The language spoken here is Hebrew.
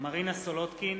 מרינה סולודקין,